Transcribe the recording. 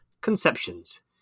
Conceptions